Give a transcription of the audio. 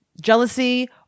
jealousy